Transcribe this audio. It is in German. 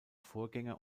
vorgänger